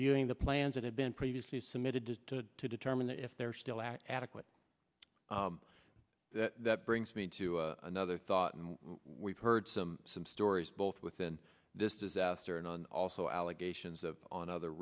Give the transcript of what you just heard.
doing the plans that have been previously submitted to to determine if they're still adequate that brings me to another thought and we've heard some some stories both within this disaster and on also allegations of on other